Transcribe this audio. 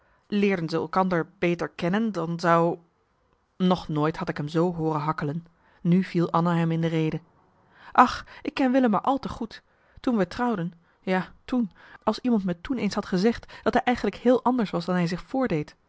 leerden ze elkander beter kennen dan zou nog nooit had ik hem zoo hooren hakkelen nu viel anna hem in de rede ach ik ken willem maar al te goed toen wij trouwden ja toen als iemand me toen eens had gezegd dat hij eigenlijk heel anders was dan hij zich voordeed